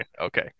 Okay